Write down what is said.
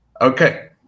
okay